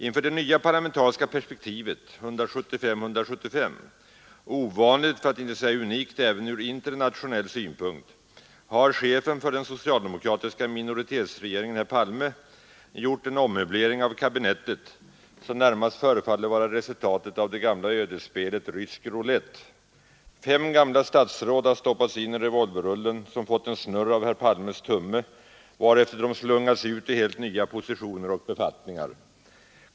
Inför det nya parlamentariska perspektivet 175—175 — ovanligt för att icke säga unikt även från internationell synpunkt — har chefen för den socialdemokratiska minoritetsregeringen herr Palme gjort en ommöblering av kabinettet som närmast förefaller vara resultatet av det gamla ödesspelet rysk roulett. Fem gamla statsråd har stoppats in i revolverrullen, som fått en snurr av herr Palmes tumme, varefter de slungats ut i helt nya positioner och befattningar.